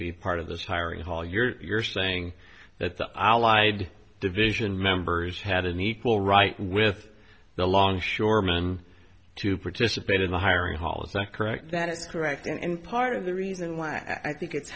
be part of this higher paul you're saying that the allied division members had an equal right with the longshoreman to participate in the hiring hall is that correct that is correct and part of the reason why i think it's